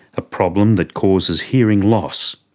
a problem that causes hearing loss,